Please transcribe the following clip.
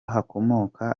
hakomoka